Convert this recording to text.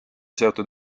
seotud